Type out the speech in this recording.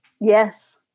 Yes